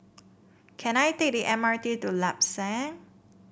can I take the M R T to Lam San